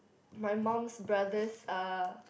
my mum's brothers are